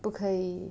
不可以